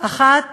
אחת